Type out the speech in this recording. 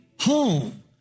Home